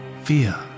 fear